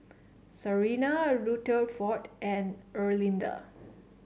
Sarina Rutherford and Erlinda